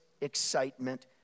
excitement